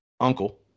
uncle